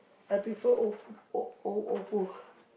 I prefer Of~ O O Oppo